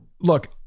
look